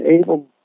able